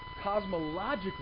Cosmologically